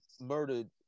murdered